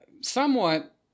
Somewhat